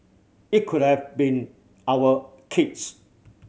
it could have been our kids